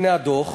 הנה הדוח,